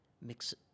Mix